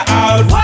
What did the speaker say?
out